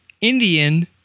Indian